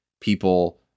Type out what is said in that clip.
people